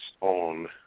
on